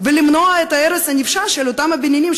ולמנוע את ההרס הנפשע של אותם הבניינים,